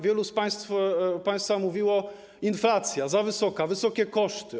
Wielu z państwa mówiło: inflacja za wysoka, wysokie koszty.